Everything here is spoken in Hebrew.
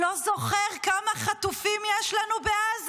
לא זוכר כמה חטופים יש לנו בעזה.